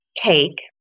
Cake